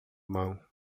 mão